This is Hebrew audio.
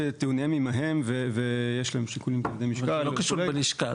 אבל זה לא קשור ללשכה,